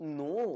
no